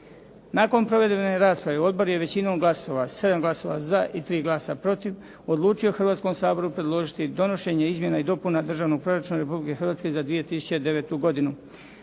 Nakon provedene rasprave odbor je većinom, glasova 7 glasova za i 3 glasa protiv, odlučio Hrvatskom saboru predložiti donošenja Izmjena i dopuna državnog proračuna Republike Hrvatske za 2009. godinu,